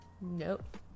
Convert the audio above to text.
Nope